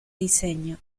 diseño